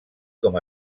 com